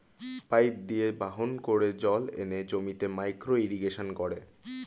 pipe দিয়ে বাহন করে জল এনে জমিতে মাইক্রো ইরিগেশন করে